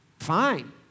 Fine